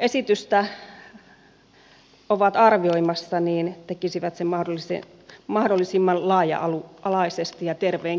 esitystä ovat arvioimassa tekisivät sen mahdollisimman laaja alaisesti ja terveen kriittisesti